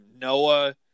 Noah